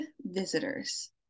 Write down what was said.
Visitors